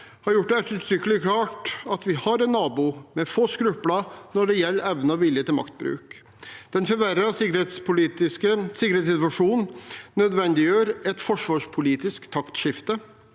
har gjort det ettertrykkelig klart at vi har en nabo med få skrupler når det gjelder evne og vilje til maktbruk. Den forverrede sikkerhetssituasjonen nødvendiggjør et forsvarspolitisk taktskifte.